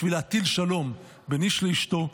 בשביל להטיל שלום בין איש לאשתו,